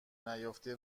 نیافته